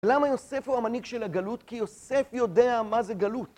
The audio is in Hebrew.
למה יוסף הוא המנהיג של הגלות? כי יוסף יודע מה זה גלות.